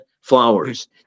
Flowers